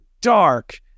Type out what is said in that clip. dark